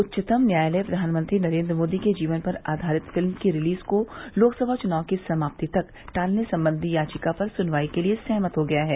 उच्चतम न्यायालय प्रधानमंत्री नरेन्द्र मोदी के जीवन पर आधारित फिल्म की रिलीज को लोकसभा चुनाव की समाप्ति तक टालने संबंधी याचिका पर सुनवाई के लिए सहमत हो गया है